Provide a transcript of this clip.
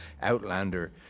Outlander